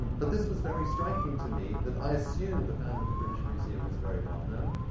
but this was very striking to me, that i assume the founder of the british museum was very well known,